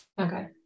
Okay